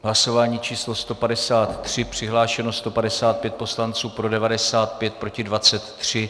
Hlasování číslo 153, přihlášeno 155 poslanců, pro 95, proti 23.